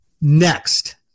Next